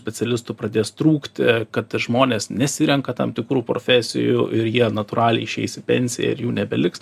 specialistų pradės trūkti kad žmonės nesirenka tam tikrų profesijų ir jie natūraliai išeis į pensiją ir jų nebeliks